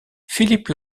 philippe